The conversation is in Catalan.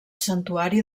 santuari